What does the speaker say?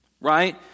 right